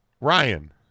Ryan